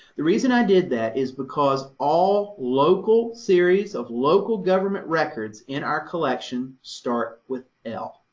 the reason i did that is because all local series of local government records in our collection start with l.